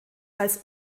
als